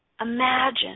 Imagine